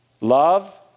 Love